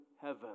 heaven